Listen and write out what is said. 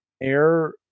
air